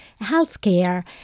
healthcare